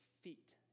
feet